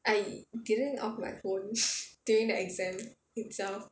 I didn't off my phone during the exam itself